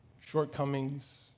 shortcomings